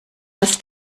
dass